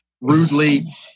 rudely